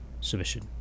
submission